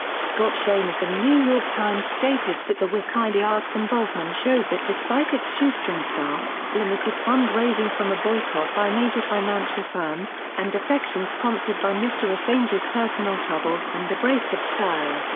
scott shane of the new york times stated that the wikileaks involvement shows that despite its shoestring staff, limited fund-raising from a boycott by major financial firms, and defections prompted by mr. assange's personal troubles and abrasive style,